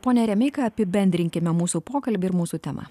pone remeika apibendrinkime mūsų pokalbį ir mūsų temą